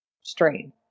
strain